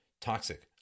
toxic